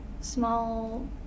small